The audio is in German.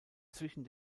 zwischen